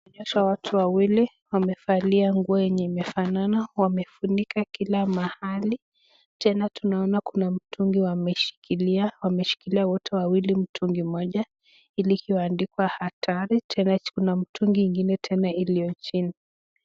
Inaonyesha watu wawili wamevalia nguo yenye imefanana wamefunika kila mahali tena tunaona kuna mtungi wameshikilia wote wawili mtungi moja iliyoandikwa hatari tena kuna mtu ingine tena iliyo chini.